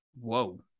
Whoa